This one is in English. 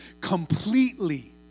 completely